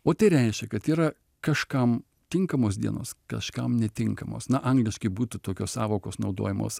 o tai reiškia kad yra kažkam tinkamos dienos kažkam netinkamos na angliškai būtų tokios sąvokos naudojamos